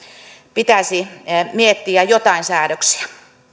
pitäisi miettiä jotain säädöksiä